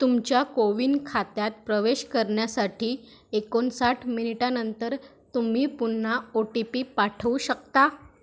तुमच्या CoWIN खात्यात प्रवेश करण्यासाठी एकोणसाठ मिनिटानंतर तुम्ही पुन्हा ओ टी पी पाठवू शकता